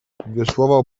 wiosłował